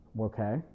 Okay